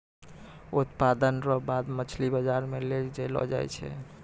उत्पादन रो बाद मछली बाजार मे लै जैलो जाय छै